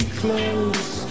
close